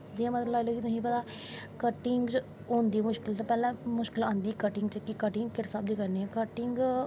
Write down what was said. जियां तुस लाई लैऔ भला कटिंग च होंदी मुश्कल पैह्लैं आंदी मुश्कल कटिंग च कि कटिंग किस हिसाबे दी करनी ऐ कटिंग